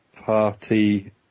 Party